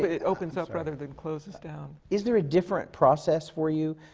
but it opens up rather than closes down. is there a different process for you,